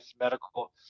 medical